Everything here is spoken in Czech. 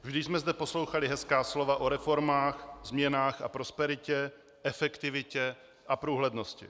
Vždy jsme zde poslouchali hezká slova o reformách, změnách a prosperitě, efektivitě a průhlednosti.